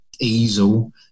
easel